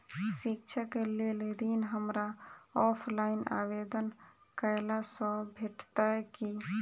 शिक्षा केँ लेल ऋण, हमरा ऑफलाइन आवेदन कैला सँ भेटतय की?